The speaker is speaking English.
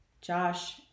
Josh